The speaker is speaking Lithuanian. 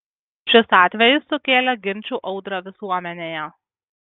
šis atvejis sukėlė ginčų audrą visuomenėje